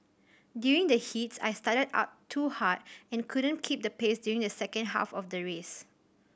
during the heats I started out too hard and couldn't keep the pace during the second half of the race